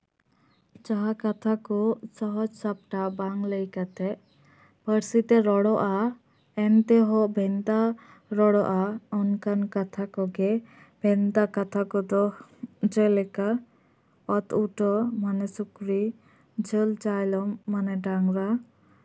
ᱡᱟᱦᱟᱸ ᱠᱟᱛᱷᱟ ᱠᱚ ᱥᱚᱦᱚᱡ ᱥᱟᱯᱴᱟ ᱵᱟᱝ ᱞᱟᱹᱭ ᱠᱟᱛᱮ ᱯᱟᱹᱨᱥᱤ ᱛᱮ ᱨᱚᱲᱚᱜᱼᱟ ᱮᱱᱛᱮ ᱦᱚᱸ ᱵᱷᱮᱱᱛᱟ ᱨᱚᱲᱚᱜᱼᱟ ᱚᱱᱠᱟᱱ ᱠᱟᱛᱷᱟ ᱠᱚᱜᱮ ᱵᱷᱮᱱᱛᱟ ᱠᱟᱛᱷᱟ ᱠᱚᱫᱚ ᱡᱮᱞᱚᱠᱟ ᱚᱛ ᱩᱴᱟᱹ ᱢᱟᱱᱮ ᱥᱩᱠᱨᱤ ᱡᱷᱟᱹᱞ ᱪᱟᱭᱞᱚᱢ ᱢᱟᱱᱮ ᱰᱟᱝᱨᱟ